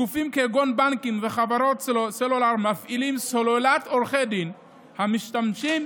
גופים כגון בנקים וחברות סלולר מפעילים סוללת עורכי דין המשתמשים